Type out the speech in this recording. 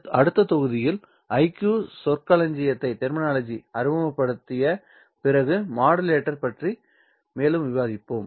அடுத்த தொகுதியில் IQ சொற்களஞ்சியத்தை அறிமுகப்படுத்திய பிறகு IQ மாடுலேட்டரைப் பற்றி மேலும் விவாதிப்போம்